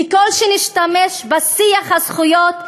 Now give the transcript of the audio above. ככל שנשתמש בשיח הזכויות,